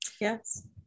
yes